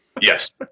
Yes